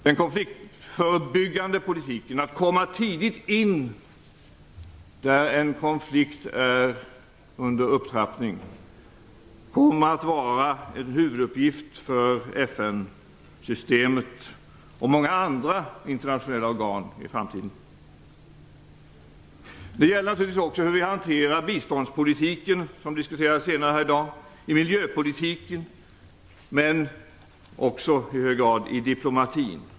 Den konfliktförebyggande politiken - att komma tidigt in när en konflikt är under upptrappning - kommer i framtiden att vara en huvuduppgift för FN systemet och många andra internationella organ. Det gäller naturligtvis också hur vi hanterar biståndspolitiken, som skall diskuteras senare i dag, miljöpolitiken men också i hög grad diplomatin.